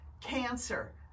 cancer